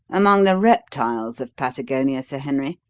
among the reptiles of patagonia, sir henry,